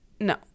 No